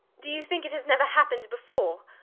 do you think it has never happened before?